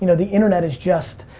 you know the internet is just,